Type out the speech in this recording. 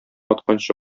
атканчы